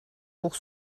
pour